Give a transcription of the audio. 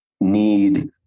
need